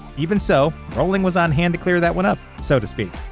even so, rowling was on hand to clear that one up so to speak.